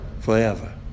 Forever